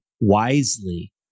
wisely